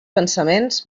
pensaments